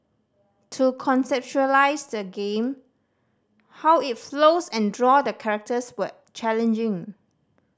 to conceptualise the game how it flows and draw the characters were challenging